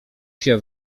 się